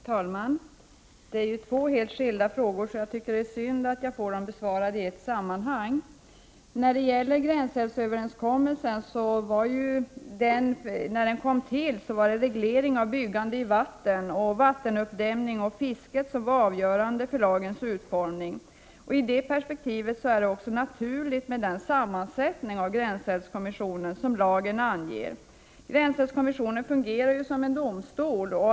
Herr talman! Det rör sig om två helt skilda frågor, så jag tycker att det är synd att jag får dem besvarade i ett sammanhang. När gränsälvsöverenskommelsen kom till var dess syfte reglering av byggande i vatten. Vattenuppdämning och fiske var avgörande för lagens utformning. I det perspektivet är det också naturligt att gränsälvskommissionen har den sammansättning som lagen anger. Gränsälvskommissionen fungerar ju som en domstol.